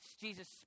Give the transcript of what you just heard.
Jesus